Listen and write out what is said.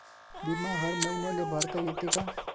बिमा हर मईन्याले भरता येते का?